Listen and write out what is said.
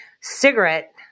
Cigarette